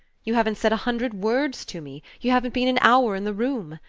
you haven't said a hundred words to me. you haven't been an hour in the room.